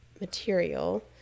material